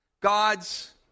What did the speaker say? God's